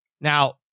Now